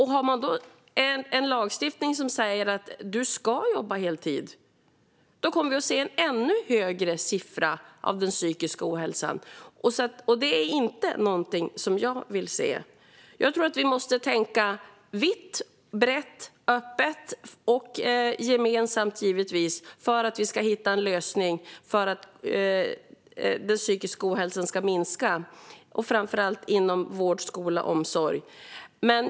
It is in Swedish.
Har man då en lagstiftning som säger att man måste jobba heltid kommer vi att få se ännu högre siffror när det gäller psykisk ohälsa, och det är inget som jag vill se. Jag tror att vi måste tänka brett, öppet och gemensamt för att hitta en lösning så att den psykiska ohälsan minskar, framför allt inom vård, skola och omsorg.